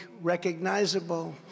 recognizable